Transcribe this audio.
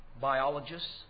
biologists